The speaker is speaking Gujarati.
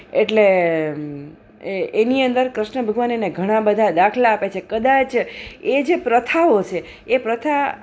એટલે એ એની અંદર ક્રૃષ્ન ભગવાન એને ઘણાબધા દાખલા આપે છે કદાચ એ જે પ્રથાઓ છે એ પ્રથા